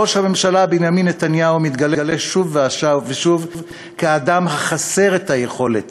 ראש הממשלה בנימין נתניהו מתגלה שוב ושוב כאדם החסר את היכולת